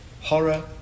horror